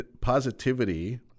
positivity